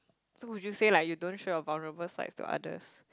so would you say like you don't show your vulnerable sides to others